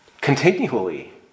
continually